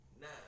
nine